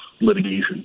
litigation